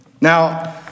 Now